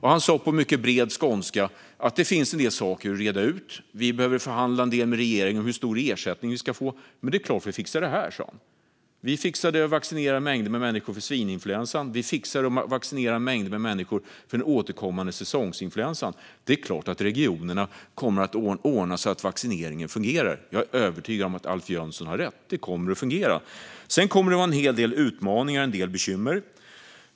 Han sa på mycket bred skånska att det finns en del saker att reda ut. Vi behöver förhandla en del med regeringen om hur stor ersättning vi ska få, men det är klart att vi fixar det här, sa han. Vi fixade att vaccinera mängder av människor mot svininfluensan. Vi fixar att vaccinera människor mot den återkommande säsongsinfluensan. Det är klart att regionerna kommer att ordna så att vaccineringen fungerar. Jag är övertygad om att Alf Jönsson har rätt. Det kommer att fungera. Sedan kommer det att vara en hel del utmaningar och bekymmer.